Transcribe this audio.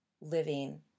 living